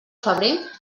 febrer